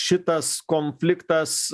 šitas konfliktas